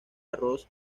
arroz